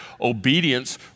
obedience